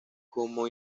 como